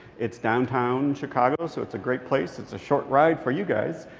it's downtown chicago, so it's a great place. it's a short ride for you guys,